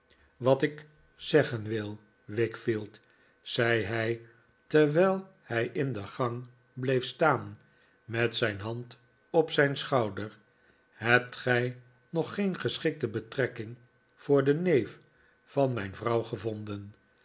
wat ik zeggen wil wickfield zei hij terwijl hij in de gang bleef staan met zijn hand op mijn schouder hebt gij nog geen geschikte betrekking voor dien neef van mijn vrouw gevonden